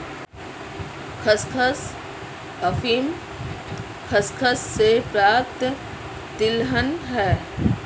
खसखस अफीम खसखस से प्राप्त तिलहन है